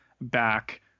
back